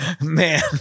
Man